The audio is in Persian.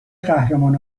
قهرمان